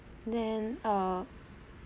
then uh